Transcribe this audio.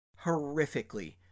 Horrifically